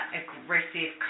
aggressive